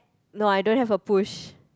no I don't have a push